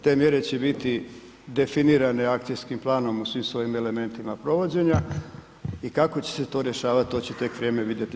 Te mjere će biti definirane akcijskim planom u svim svojim elementima provođenja i kako će se to rješavati to će tek vrijeme vidjeti.